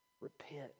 repent